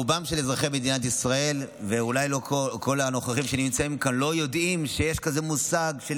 רוב אזרחי מדינת ישראל לא יודעים שיש מושג כזה,